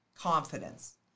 confidence